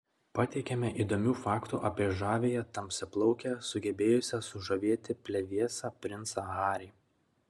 pateikiame įdomių faktų apie žaviąją tamsiaplaukę sugebėjusią sužavėti plevėsą princą harry